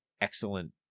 excellent